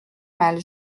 mal